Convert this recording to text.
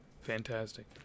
fantastic